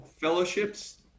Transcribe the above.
fellowships